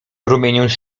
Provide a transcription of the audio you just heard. rumieniąc